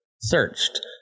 searched